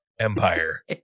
Empire